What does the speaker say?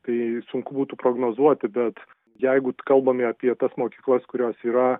tai sunku būtų prognozuoti bet jeigu kalbame apie tas mokyklas kurios yra